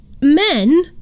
men